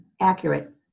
accurate